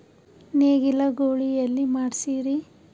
ನೇಗಿಲ ಗೂಳಿ ಎಲ್ಲಿ ಮಾಡಸೀರಿ?